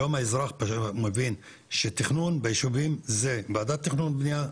היום האזרח מבין שתכנון בישובים זה ועדת תכנון ובנייה,